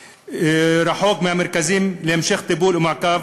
הרחוקים מהמרכזים בהמשך הטיפול והמעקב,